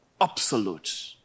absolute